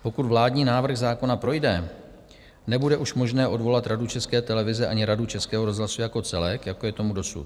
Pokud vládní návrh zákona projde, nebude už možné odvolat Radu České televize ani Radu Českého rozhlasu jako celek, jako je tomu dosud.